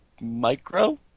micro